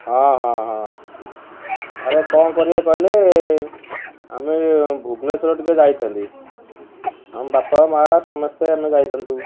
ହଁ ହଁ ହଁ ଆରେ କ'ଣ କରିଆ କହିଲେ ଆମେ ଭୁବନେଶ୍ୱର ଟିକେ ଯାଇଥାନ୍ତି ଆମ ବାପା ମାଆ ସମସ୍ତେ ଆମେ ଯାଇଥାନ୍ତୁ